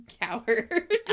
Coward